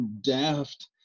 daft